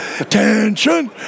Attention